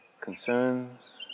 concerns